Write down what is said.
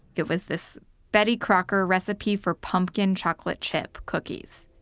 it was this betty crocker recipe for pumpkin chocolate chip cookies.